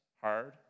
hard